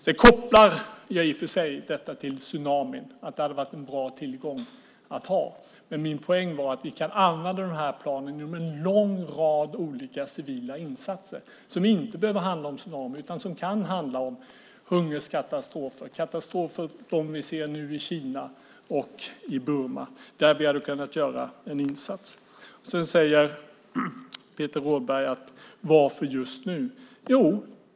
Jag kopplade detta till tsunamin och att det då hade varit en bra tillgång. Min poäng var att vi kan använda de här planen i en lång rad olika civila insatser som inte behöver handla om tsunami. Det kan handla om hungerkatastrofer, sådana katastrofer som vi nu ser i Kina och Burma där vi hade kunnat göra en insats. Peter Rådberg säger: Varför just nu?